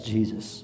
Jesus